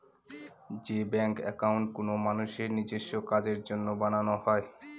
যে bank account কোনো মানুষের নিজেস্ব কাজের জন্য বানানো হয়